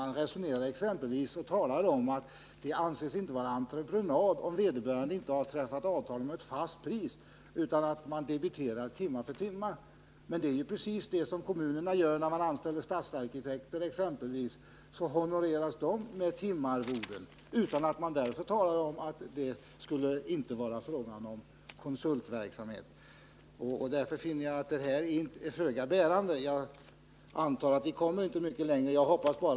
Man säger exempelvis att det inte anses vara entreprenad om vederbörande inte har träffat avtal om ett visst pris utan debiterar timme för timme. Men det är precis vad kommunerna gör — när de anställer t.ex. stadsarkitekter honoreras dessa med timarvoden, och det räknas ändå som konsultverksamhet. Jag finner därför argumentet föga bärande. Jag antar att vi inte kommer mycket längre i denna debatt.